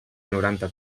noranta